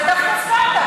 זה דווקא סטרטאפ.